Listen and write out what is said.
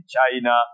China